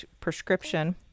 prescription